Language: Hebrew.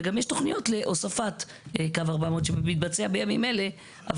וגם יש תוכניות להוספת קו 400 שמתבצע בימים אלה.